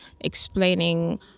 explaining